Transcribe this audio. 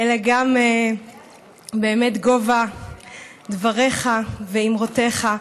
אלא גם, באמת, גובה דבריך ואמרותיך,